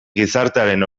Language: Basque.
gizartearen